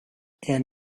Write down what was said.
and